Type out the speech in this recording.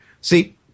See